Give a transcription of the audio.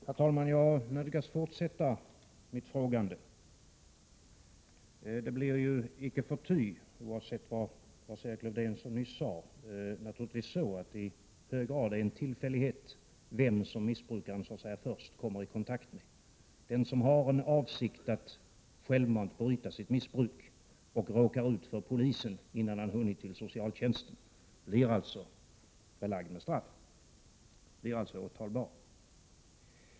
Herr talman! Jag nödgas fortsätta mitt frågande. Icke förty, oavsett vad Lars-Erik Lövdén nyss sade, är det naturligtvis i hög grad en tillfällighet vem missbrukaren först kommer i kontakt med. Den som har en avsikt att självmant bryta sitt missbruk och råkar ut för polisen, innan han hunnit till socialtjänsten, blir alltså åtalbar.